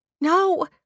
No